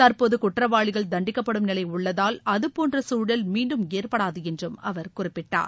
தற்போது குற்றவாளிகள் தண்டிக்கப்படும் நிலை உள்ளதால் அதுபோன்ற சூழல் மீண்டும் ஏற்படாது என்றும் அவர் குறிப்பிட்டார்